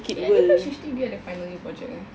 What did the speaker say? eh I didn't know she this year ada final year project eh